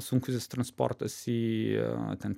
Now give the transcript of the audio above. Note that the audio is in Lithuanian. sunkusis transportas į ten